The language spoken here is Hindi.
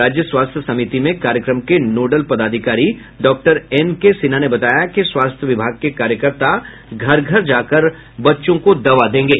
राज्य स्वास्थ्य समिति में कार्यक्रम के नोडल पदाधिकारी डॉक्टर एन के सिन्हा ने बताया कि स्वास्थ्य विभाग के कार्यकर्ता घर घर जाकर बच्चों को दवा देंगे